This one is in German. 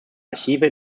archive